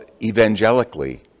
evangelically